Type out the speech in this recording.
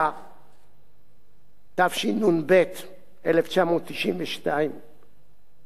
התשנ"ב 1992. שר המשפטים היה דן מרידור.